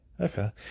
Okay